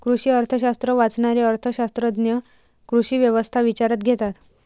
कृषी अर्थशास्त्र वाचणारे अर्थ शास्त्रज्ञ कृषी व्यवस्था विचारात घेतात